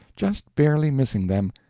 just barely missing them,